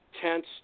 tense